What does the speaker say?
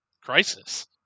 Crisis